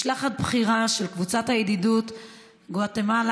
משלחת בכירה של קבוצת הידידות גואטמלה-ישראל.